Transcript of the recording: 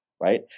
right